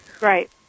Right